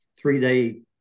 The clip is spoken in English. three-day